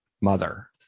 mother